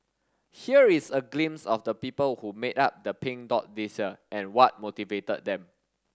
here is a glimpse of the people who made up the Pink Dot this year and what motivated them